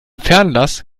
fernglas